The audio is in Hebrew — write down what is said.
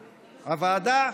הוועדה.